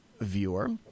viewer